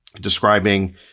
describing